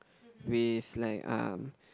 with like um